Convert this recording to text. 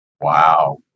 Wow